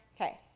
Okay